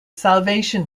salvation